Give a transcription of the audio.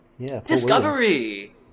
Discovery